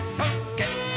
forget